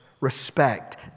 respect